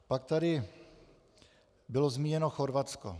Pak tady bylo zmíněno Chorvatsko.